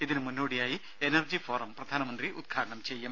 ഇതിന് മുന്നോടിയായി energy forum പ്രധാനമന്ത്രി ഉദ്ഘാടനം ചെയ്യും